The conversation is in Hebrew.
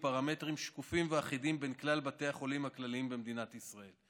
עם פרמטרים שקופים ואחידים בין כלל בתי החולים הכלליים במדינת ישראל.